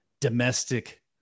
domestic